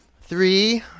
Three